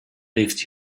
lived